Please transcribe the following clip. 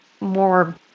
more